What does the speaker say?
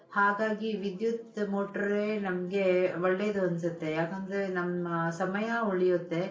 ಹಾಗಾಗಿ ವಿದ್ಯುತ್ ಮೋಟ್ರೇ ನಮಗೆ ಒಳ್ಳೆದು ಅನಿಸುತ್ತೆ ಯಾಕಂದರೆ ನಮ್ಮ ಸಮಯ ಉಳಿಯುತ್ತೆ